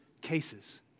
cases